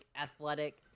athletic